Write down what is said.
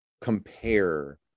compare